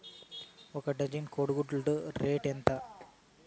ఒక డజను కోడి గుడ్ల రేటు ఎంత?